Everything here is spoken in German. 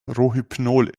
rohypnol